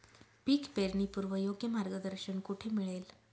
पीक पेरणीपूर्व योग्य मार्गदर्शन कुठे मिळेल?